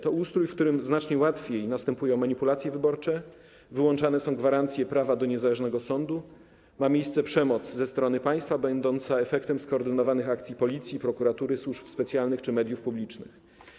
To ustrój, w którym znacznie łatwiej następują manipulacje wyborcze, wyłączane są gwarancje prawa do niezależnego sądu, ma miejsce przemoc ze strony państwa będąca efektem skoordynowanych akcji policji, prokuratury, służb specjalnych czy mediów publicznych.